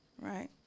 right